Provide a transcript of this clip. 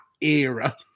era